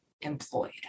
employed